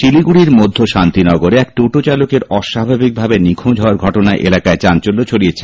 শিলিগুড়ির মধ্য শান্তিনগরে এক টোটো চালকের অস্বাভাবিকভাবে নিখোঁজ হওয়ার ঘটনায় এলাকায় চাঞ্চল্য ছড়িয়েছে